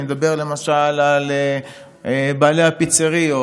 אני מדבר למשל על בעלי הפיצריות,